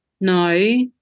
no